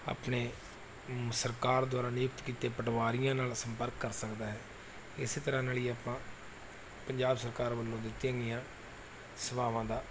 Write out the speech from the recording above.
ਆਪਣੇ ਸਰਕਾਰ ਦੁਆਰਾ ਨਿਯੁਕਤ ਕੀਤੇ ਪਟਵਾਰੀਆਂ ਨਾਲ ਸੰਪਰਕ ਕਰ ਸਕਦਾ ਹੈ ਇਸ ਤਰ੍ਹਾਂ ਨਾਲ ਹੀ ਆਪਾਂ ਪੰਜਾਬ ਸਰਕਾਰ ਵੱਲੋਂ ਦਿੱਤੀਆਂ ਗਈਆਂ ਸੇਵਾਵਾਂ ਦਾ